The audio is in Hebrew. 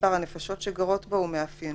מספר הנפשות שגרות בו ומאפייניהן,